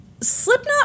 Slipknot